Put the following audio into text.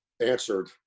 answered